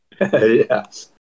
Yes